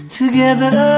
together